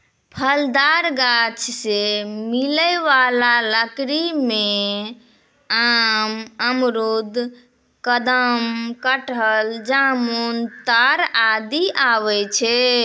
फलदार गाछ सें मिलै वाला लकड़ी में आम, अमरूद, कदम, कटहल, जामुन, ताड़ आदि आवै छै